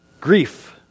grief